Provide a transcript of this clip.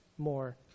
More